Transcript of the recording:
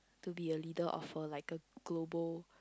to be a leader offer like a global